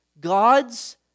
God's